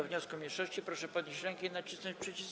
wniosku mniejszości, proszę podnieść rękę i nacisnąć przycisk.